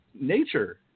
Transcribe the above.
nature